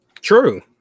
True